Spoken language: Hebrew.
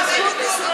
תודה בזה.